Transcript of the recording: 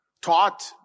taught